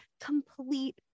complete